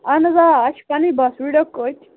اَہن حظ آ اَسہِ چھِ پَنٕنۍ بَس